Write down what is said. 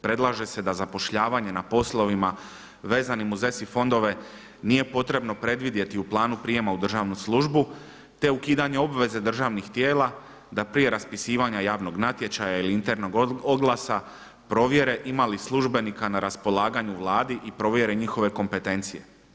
Predlaže se da zapošljavanje na poslovima vezanim uz ESI fondove nije potrebno predvidjeti u planu prijema u državnu službu te ukidanje obveze državnih tijela da prije raspisivanja javnog natječaja ili internog oglasa provjere ima li službenika na raspolaganju u Vladi i provjeri njihove kompetencije.